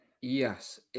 Yes